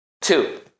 Two